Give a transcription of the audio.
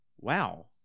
wow